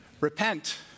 Repent